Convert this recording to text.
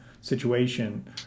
situation